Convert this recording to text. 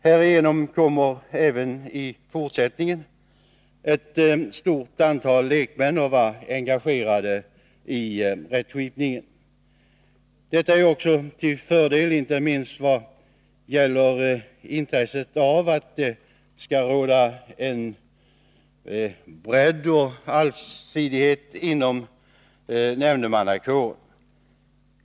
Härigenom kommer även i fortsättningen ett stort antal lekmän att vara engagerade i rättskipningen, vilket är en fördel, inte minst i vad gäller intresset av att det skall råda bredd och allsidighet inom nämndemannakåren.